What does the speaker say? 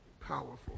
Powerful